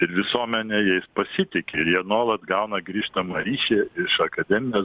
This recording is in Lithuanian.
ir visuomenė jais pasitiki ir jie nuolat gauna grįžtamą ryšį iš akademinės